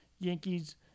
Yankees